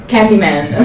Candyman